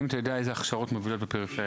האם אתה יודע איזה הכשרות מובילות בפריפריה?